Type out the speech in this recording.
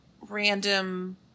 random